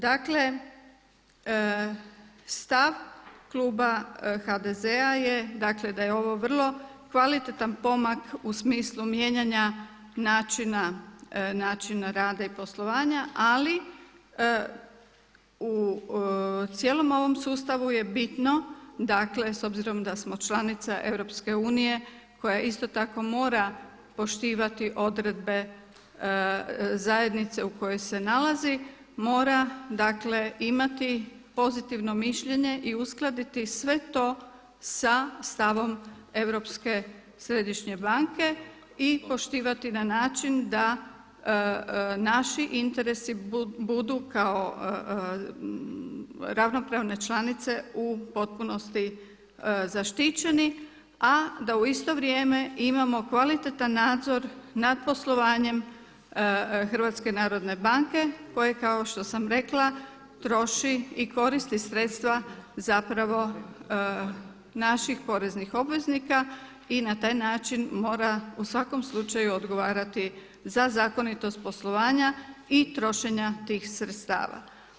Dakle, stav kluba HDZ-a je dakle da je ovo vrlo kvalitetan pomak u smislu mijenjanja načina rada i poslovanja ali u cijelom ovom sustavu je bitno dakle s obzirom da smo članica EU koja isto tako mora poštivati odredbe zajednice u kojoj se nalazi mora dakle imati pozitivno mišljenje i uskladiti sve to sa stavom Europske središnje banke i poštivati na način da naši interesi budu kao ravnopravne članice u potpunosti zaštićeni, a da u isto vrijeme imamo kvalitetan nadzor nad poslovanjem HNB-a koja kao što sam rekla troši i koristi sredstva zapravo naših poreznih obveznika i na taj način mora u svakom slučaju odgovarati za zakonitost poslovanja i trošenja tih sredstava.